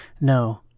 no